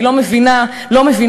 אני לא מבינה, לא מבינה.